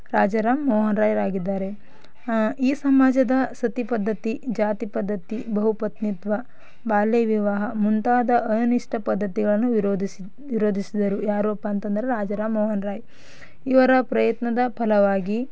ರಾಜಾ ರಾಮ್ ಮೋಹನ್ ರಾಯ್ರಾಗಿದ್ದಾರೆ ಈ ಸಮಾಜದ ಸತಿ ಪದ್ಧತಿ ಜಾತಿ ಪದ್ಧತಿ ಬಹುಪತ್ನಿತ್ವ ಬಾಲ್ಯ ವಿವಾಹ ಮುಂತಾದ ಅನಿಷ್ಟ ಪದ್ಧತಿಗಳನ್ನು ವಿರೋಧಿಸಿದ ವಿರೋಧಿಸಿದರು ಯಾರಪ್ಪ ಅಂತೆಂದ್ರೆ ರಾಜಾ ರಾಮ್ ಮೋಹನ್ ರಾಯ್ ಇವರ ಪ್ರಯತ್ನದ ಫಲವಾಗಿ